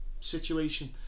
situation